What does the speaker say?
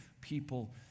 people